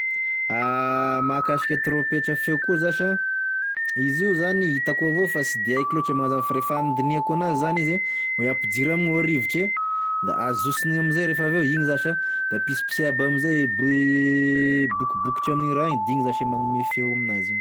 Mahakasika trompetra feo koa zà sa, izy io zany hitako avao fa sy de haiko lôtry e magnazava fa re fandinihako anazy zany izy a oe ampidiry amign'ao e rivotre da azoson'igny amizay refaveo igny zà sa da pitsipitsea aby amizay e bo- e bokobokotry ame raha igny da igny zase e magnome feo aminazy igny.